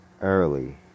early